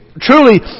truly